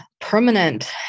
permanent